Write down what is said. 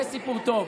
זה סיפור טוב.